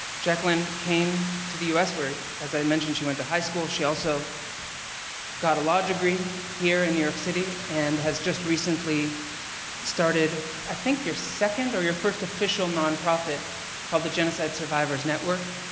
jacqueline came to the us where i mentioned she went to high school she also got a law degree here in new york city and has just recently started i think your second or your first official non-profit called the genocide survivors network.